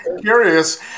curious